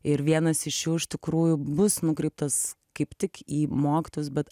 ir vienas iš jų iš tikrųjų bus nukreiptas kaip tik į mokytojus bet